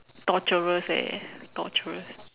torturous eh torturous